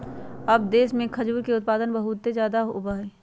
अरब देश में खजूर के उत्पादन बहुत ज्यादा होबा हई